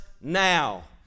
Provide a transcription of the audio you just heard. now